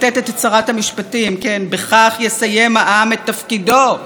את תפקידו במה שהיה עד כה שיטתנו הדמוקרטית.